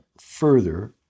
further